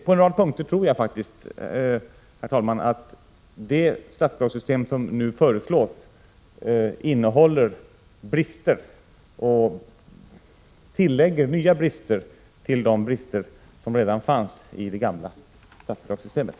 På en rad punkter tror jag faktiskt, herr talman, att det statsbidragssystem som nu föreslås bevarar gamla brister samtidigt som nya brister tillkommer utöver dem som redan fanns i det gamla statsbidragssystemet.